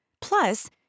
Plus